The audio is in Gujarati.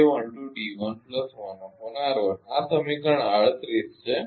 આ સમીકરણ 38 છે